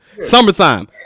Summertime